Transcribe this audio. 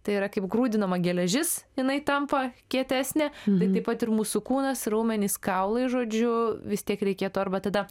tai yra kaip grūdinama geležis jinai tampa kietesnė tai taip pat ir mūsų kūnas raumenys kaulai žodžiu vis tiek reikėtų arba tada